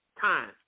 time